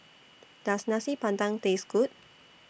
Does Nasi Padang Taste Good